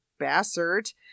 Bassert